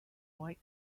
white